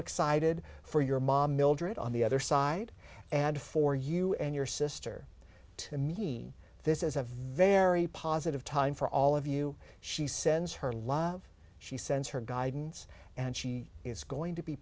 excited for your mom mildred on the other side and for you and your sister to me this is a very positive time for all of you she sends her love she sends her guidance and she is going to be